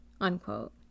Unquote